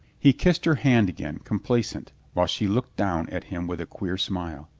he kissed her hand again, complacent, while she looked down at him with a queer smile.